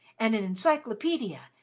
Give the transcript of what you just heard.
and an encyclopaedia,